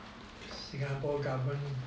singapore government